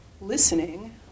listening